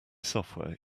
software